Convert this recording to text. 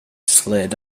slid